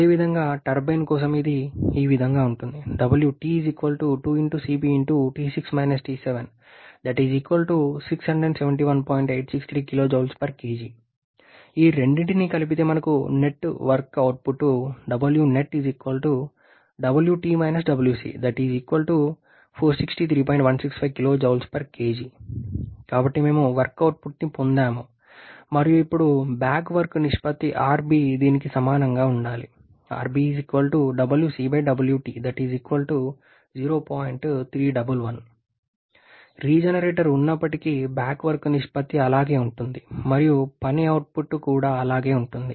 అదేవిధంగా టర్బైన్ కోసం ఇది ఈ విధంగా ఉంటుంది ఈ రెండింటిని కలిపితే మనకు నెట్ వర్క్ అవుట్పుట్ కాబట్టి మేము వర్క్ అవుట్పుట్ని పొందాము మరియు ఇప్పుడు బ్యాక్ వర్క్ నిష్పత్తి rb దీనికి సమానంగా ఉండాలి రీజెనరేటర్ ఉన్నప్పటికీ బ్యాక్ వర్క్ నిష్పత్తి అలాగే ఉంటుంది మరియు పని అవుట్పుట్ కూడా అలాగే ఉంటుంది